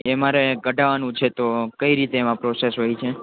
એ મારે કઢાવવાનું છે તો કઈ રીતે એમાં પ્રોસેસ હોય છે